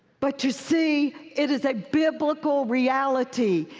but you see, it is a biblical reality.